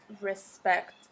respect